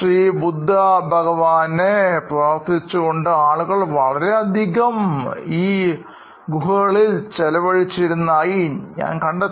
ശ്രീബുദ്ധ ഭഗവാനെ പ്രാർത്ഥിച്ചുകൊണ്ട് ആളുകൾ വളരെയധികം സമയം ഈ ഗുഹകളിൽ ചെലവഴിച്ചിരുന്നതായി ഞാൻ കണ്ടെത്തി